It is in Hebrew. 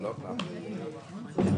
הישיבה ננעלה בשעה